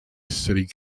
city